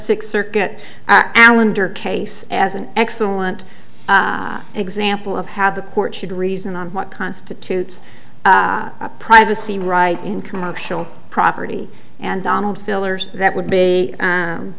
six circuit alan duke case as an excellent example of how the court should reason on what constitutes a privacy right in commercial property and donald fillers that would be